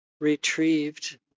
retrieved